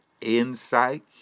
insight